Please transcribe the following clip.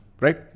right